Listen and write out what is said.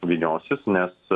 vyniosis nes